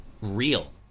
real